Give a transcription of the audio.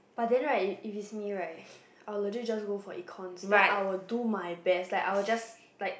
but then right if you me right I will let you just go for econs then I will do my best like I will just like